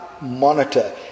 monitor